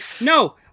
no